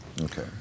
Okay